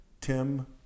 Tim